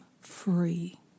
free